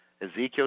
Ezekiel